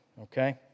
okay